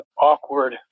awkward